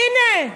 הינה,